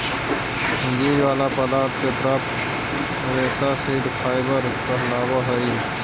बीज वाला पदार्थ से प्राप्त रेशा सीड फाइबर कहलावऽ हई